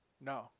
No